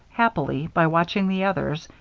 happily, by watching the others,